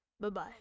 Bye-bye